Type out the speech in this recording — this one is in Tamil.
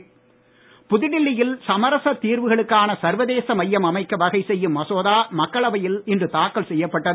சமரச மையம் புதுடெல்லியில் சமரச தீர்வுகளுக்கான சர்வதேச மையம் அமைக்க வகை செய்யும் மசோதா மக்களவையில் இன்று தாக்கல் செய்யப்பட்டது